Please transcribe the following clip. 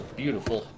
beautiful